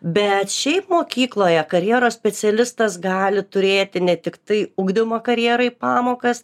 bet šiaip mokykloje karjeros specialistas gali turėti ne tiktai ugdymo karjerai pamokas